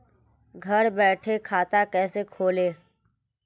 घर बैठे खाता कैसे खोलें?